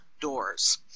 doors